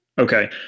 Okay